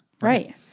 Right